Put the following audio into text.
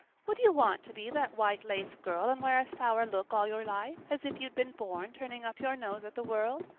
would you want to be that white-lace girl and wear a sour look all your life, as if you'd been born turning up your nose at the world?